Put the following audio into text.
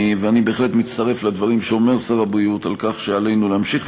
אני בהחלט מצטרף לדברים שאומר שר הבריאות על כך שעלינו להמשיך